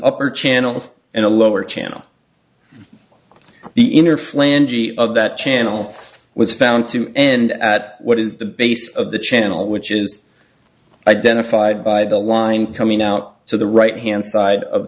upper channels and a lower channel the inner flange of that channel was found to and at what is the base of the channel which is identified by the line coming out to the right hand side of